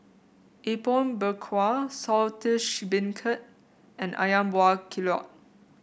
Apom Berkuah Saltish Beancurd and ayam Buah Keluak